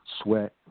sweat